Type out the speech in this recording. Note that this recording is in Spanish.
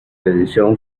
edición